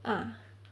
ah